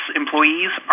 employees